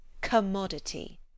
commodity